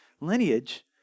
lineage